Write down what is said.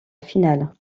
finale